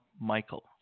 Michael